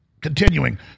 Continuing